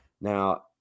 Now